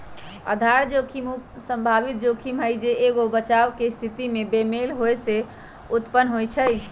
आधार जोखिम उ संभावित जोखिम हइ जे एगो बचाव के स्थिति में बेमेल होय से उत्पन्न होइ छइ